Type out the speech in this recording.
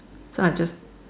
so I just